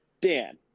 Dan